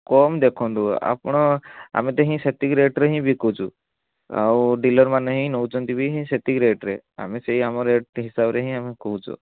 କମ୍ ଦେଖନ୍ତୁ ଆପଣ ଆମେ ତ ହିଁ ସେତିକି ରେଟ୍ରେ ହିଁ ବିକୁଛୁ ଆଉ ଡିଲର୍ମାନେ ହିଁ ନେଉଛନ୍ତି ବି ହିଁ ସେତିକି ରେଟ୍ରେ ଆମେ ସେଇ ଆମ ରେଟ୍ ହିସାବରେ ହିଁ କହୁଛୁ